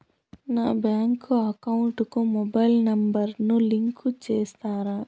నా bank account కు mobile number ను లింకు చేస్తారా?